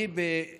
אני, מניסיוני,